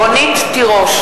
רונית תירוש,